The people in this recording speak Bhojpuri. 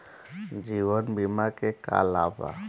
जीवन बीमा के का लाभ बा?